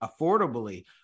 affordably